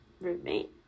roommate